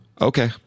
Okay